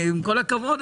עם כל הכבוד,